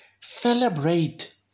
Celebrate